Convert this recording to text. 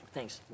Thanks